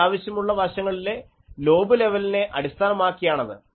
എനിക്ക് ആവശ്യമുള്ള വശങ്ങളിലെ ലോബ് ലെവലിനെ അടിസ്ഥാനമാക്കി ആണത്